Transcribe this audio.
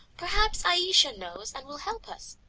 perhaps ayesha knows and will help us,